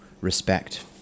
respect